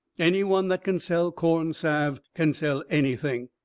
any one that can sell corn salve can sell anything.